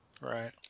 Right